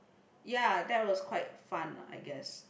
ya that was quite fun lah I guess